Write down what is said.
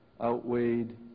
outweighed